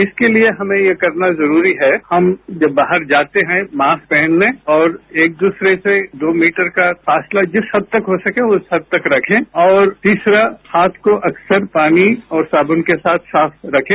इसके लिए हमें ये करना जरूरी है हम जब बाहर जाते हैं मास्क पहन लें और एक दूसरे से दो मीटर का फासला जिस हद तक हो सके उस हद तक रखें और तीसरा हाथ को अक्सर पानी और साबुन के साथ साफ रखें